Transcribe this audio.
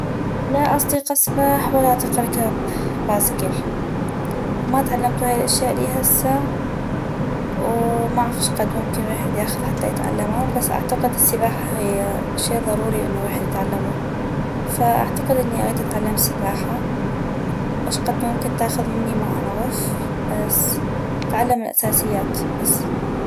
لا اطيق اسبح ولا اطيق اركب بايسكل وماتعلمتو هاي الاشياء لي هسه و معغف اشقد ممكن ويحد ياخذ حتى يتعلما بس اعتقد السباحة هيا شي ضروري انو ويحد يتعلمو فاعتقد اني اغيد اتعلم سباحة واشقد ممكن تاخذ مني ما اعغف بس اتعلم الاساسيات بس